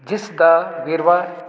ਜਿਸ ਦਾ ਵੇਰਵਾ